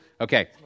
Okay